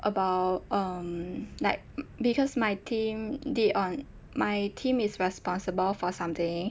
about um like because my team did on my team is responsible for something